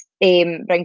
bring